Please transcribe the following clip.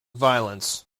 violence